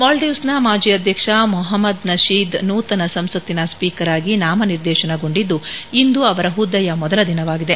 ಮಾಲ್ವೀವ್ಸ್ನ ಮಾಜಿ ಅಧ್ಯಕ್ಷ ಮೊಹಮದ್ ನಶೀದ್ ನೂತನ ಸಂಸತ್ತಿನ ಸ್ಪೀಕರ್ ಆಗಿ ನಾಮನಿರ್ದೇಶನ ಗೊಂಡಿದ್ದು ಇಂದು ಅವರ ಹೊದ್ದೆಯ ಮೊದಲ ದಿನವಾಗಿದೆ